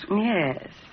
Yes